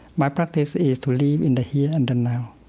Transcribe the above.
my practice is to live in the here and the now.